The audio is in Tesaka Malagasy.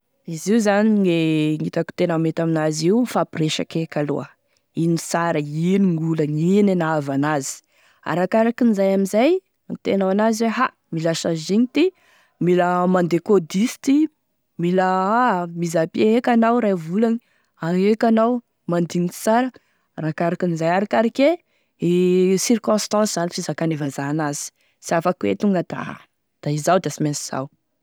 Izy io zany gne hitako tena mety amin'azy io mifampiresaky eky aloha, ino sara, ino gn'olagny, ino e nahavy an'azy, arakarakin' izay amizay agnitenao an'azy hoe ah mila sazigny ity, mila mandeha codis ty, mila aa mis à pied eky anao ray volagny, agny eky anao mandiniky sara, arakarakin'izay arakaraky e e circonstances zany e fizakane vazaha an'azy, sy afaky hoe tonga da izao da sy mainsy izao.